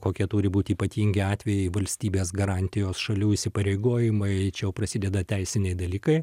kokie turi būti ypatingi atvejai valstybės garantijos šalių įsipareigojimai čia jau prasideda teisiniai dalykai